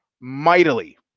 mightily